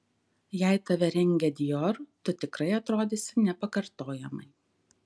jei tave rengia dior tu tikrai atrodysi nepakartojamai